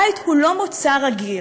בית הוא לא מוצר רגיל.